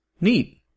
neat